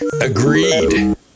Agreed